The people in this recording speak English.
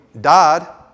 died